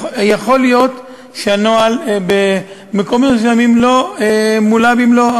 יכול להיות שהנוהל במקומות מסוימים לא מולא במלואו.